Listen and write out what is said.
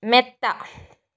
മെത്ത